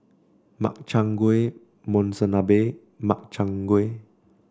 Makchang Gui Monsunabe and Makchang Gui